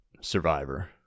survivor